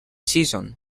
season